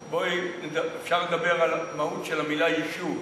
אפשר לדבר על מהות המילה "יישוב".